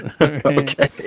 Okay